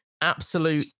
absolute